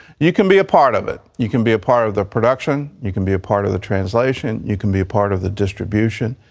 you can be a part of it. you can be a part of the production. you can be a part of the translation. you can be a part of the distribution.